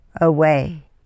away